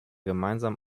gemeinsamen